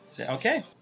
Okay